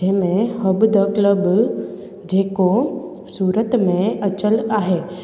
जंहिंमें हब द क्लब जेको सूरत में आयल आहे